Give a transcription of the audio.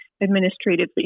administratively